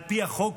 על פי החוק,